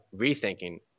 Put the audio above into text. rethinking